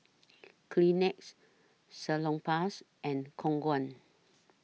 Kleenex Salonpas and Khong Guan